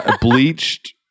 bleached